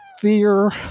fear